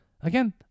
again